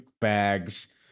Bags